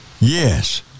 Yes